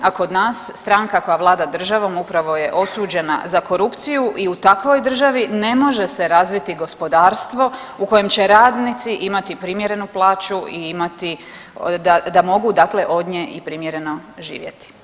A kod nas stranka koja vlada državom upravo je osuđena za korupciju i u takvoj državi ne može se razviti gospodarstvo u kojem će radnici imati primjernu plaću i imati, da mogu dakle od nje i primjereno živjeti.